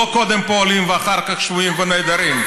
לא קודם פועלים ואחר כך שבויים ונעדרים.